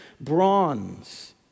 bronze